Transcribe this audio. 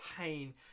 pain